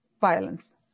violence